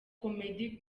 comedy